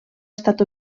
estat